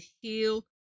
heal